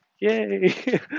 Yay